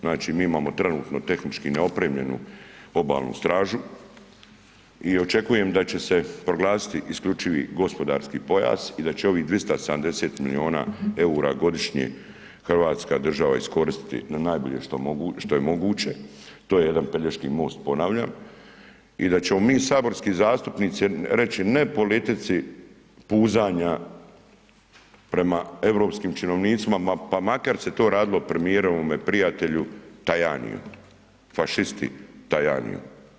Znači mi imamo trenutno tehnički neopremljenu obalnu stražu i očekujem da će se proglasiti isključivi gospodarski pojas i da će ovih 270 milijuna eura godišnje Hrvatska država iskoristiti na najbolje što je moguće, to je jedan Pelješki most ponavljam i da ćemo mi saborski zastupnici reći ne politici puzanja prema europskim činovnicima pa makar se to radilo o premijerovome prijatelju Tajaniju, fašisti Tajaniju.